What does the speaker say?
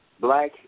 Black